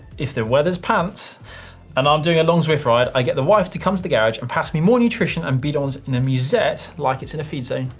if the weather's pants and i'm doing a long zwift ride, i get the wife to come to the garage, and pass me more nutrition and bidons in a musette like it's in a feed zone.